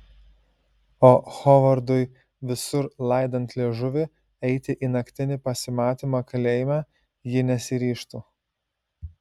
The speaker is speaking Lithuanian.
o hovardui visur laidant liežuvį eiti į naktinį pasimatymą kalėjime ji nesiryžtų